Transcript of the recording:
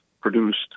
produced